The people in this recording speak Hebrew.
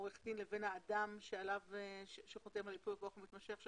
עורך דין לבין האדם שחותם על ייפוי כוח מתמשך,